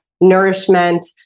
nourishment